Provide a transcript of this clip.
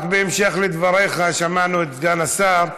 רק בהמשך לדבריך, שמענו את סגן השר ברמיזה,